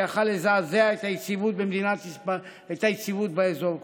שיכול לזעזע את היציבות באזור כולו.